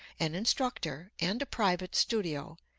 an instructor and a private studio,